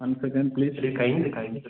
one second please